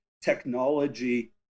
technology